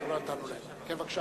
לכן,